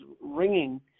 ringing